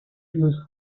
used